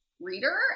reader